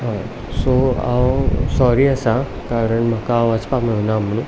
हय सो हांव सॉरी आसा कारण म्हाका वचपाक मेळुना म्हणून